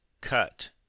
cut